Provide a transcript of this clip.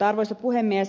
arvoisa puhemies